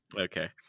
Okay